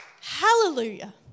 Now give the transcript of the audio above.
Hallelujah